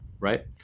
Right